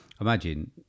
Imagine